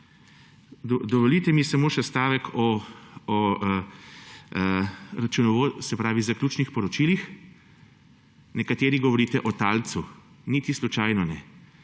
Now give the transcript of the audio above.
Dovolite mi samo še stavek o zaključnih poročilih. Nekateri govorite o talcu. Niti slučajno ne.